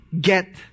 get